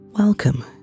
Welcome